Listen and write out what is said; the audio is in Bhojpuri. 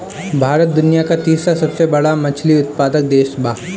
भारत दुनिया का तीसरा सबसे बड़ा मछली उत्पादक देश बा